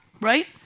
right